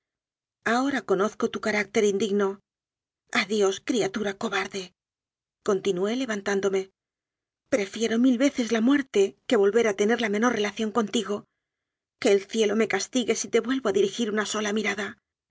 ahora conozco tu ca rácter indigno adiós criatura cobardecontinué levantándome prefiero mil veces la muerte que volver a tener la menor relación contigo que el cielo me castigue si te vuelvo a dirigir una sola mirada